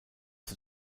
zur